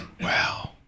Wow